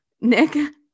Nick